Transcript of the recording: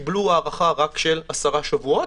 קיבלו הארכה רק של עשרה שבועות.